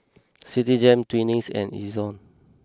Citigem Twinings and Ezion